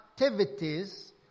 activities